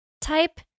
type